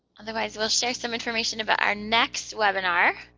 otherwise we'll share some information about our next webinar.